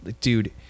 Dude